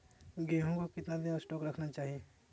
गेंहू को कितना दिन स्टोक रखना चाइए?